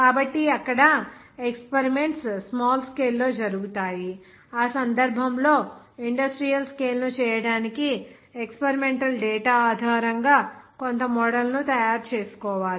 కాబట్టి అక్కడ experiments small scale లో జరుగుతాయి ఆ సందర్భంలో ఇండస్ట్రియల్ స్కేల్ ను చేయడానికి ఎక్స్పెరిమెంటల్ డేటా ఆధారంగా కొంత మోడల్ను తయారు చేసుకోవాలి